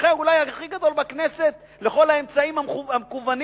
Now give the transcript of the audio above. אולי המומחה הכי גדול בכנסת לכל האמצעים המקוונים.